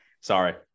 Sorry